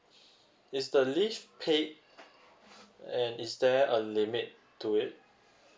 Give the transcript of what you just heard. is the leave paid and is there a limit to it